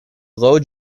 low